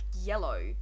yellow